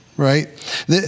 right